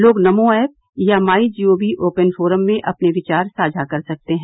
लोग नमो ऐप या MyGov open forum में अपने विचार साझा कर सकते हैं